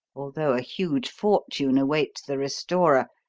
although a huge fortune awaits the restorer,